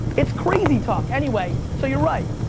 it's crazy talk, anyway, so you're right,